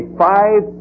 five